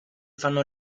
fanno